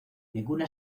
ninguna